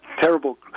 terrible